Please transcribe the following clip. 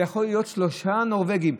יכולים להיות שלושה נורבגים.